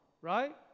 right